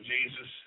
Jesus